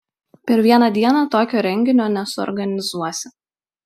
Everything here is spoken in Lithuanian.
per vieną dieną tokio renginio nesuorganizuosi